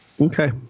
Okay